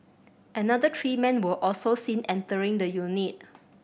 another three men were also seen entering the unit